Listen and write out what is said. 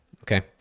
okay